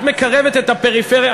את מקרבת את הפריפריה,